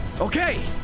Okay